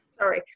Sorry